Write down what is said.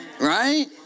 Right